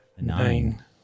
nine